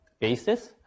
basis